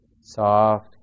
soft